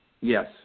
Yes